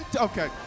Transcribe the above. Okay